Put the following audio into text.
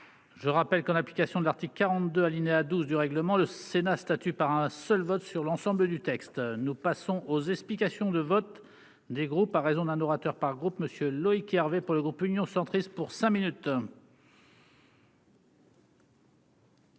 Je rappelle qu'en application de l'article 42 alinéa 12 du règlement, le Sénat statut par un seul vote sur l'ensemble du texte nous passons aux explications de vote des groupes à raison d'un orateur par groupe Monsieur Loïc Hervé pour le groupe Union centriste pour 5 minutes.